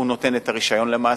הוא נותן את הרשיון, למעשה.